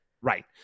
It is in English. right